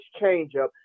changeup